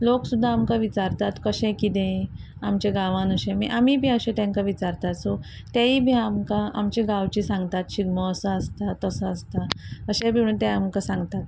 लोक सुद्दां आमकां विचारतात कशें किदें आमच्या गांवान अशें आमी बी अशें तेंका विचारतात सो तेंवूय बी आमकां आमचे गांवची सांगतात शिगमो असो आसता तसो आसता अशे बी म्हणून ते आमकां सांगतात